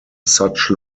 such